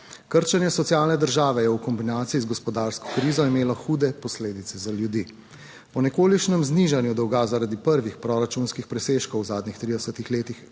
Krčenje socialne države je v kombinaciji z gospodarsko krizo imelo hude posledice za ljudi. Po nekolikšnem znižanju dolga zaradi prvih proračunskih presežkov v zadnjih 30 letih